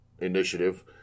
initiative